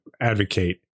advocate